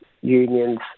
unions